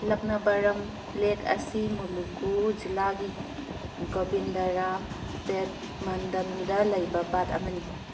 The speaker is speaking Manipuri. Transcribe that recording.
ꯂꯛꯅꯚꯔꯝ ꯂꯦꯛ ꯑꯁꯤ ꯃꯨꯂꯨꯒꯨ ꯖꯤꯂꯥꯒꯤ ꯒꯣꯕꯤꯟꯗꯔꯥꯝ ꯄꯦꯠ ꯃꯟꯗꯜꯗ ꯂꯩꯕ ꯄꯥꯠ ꯑꯃꯅꯤ